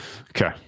Okay